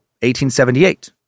1878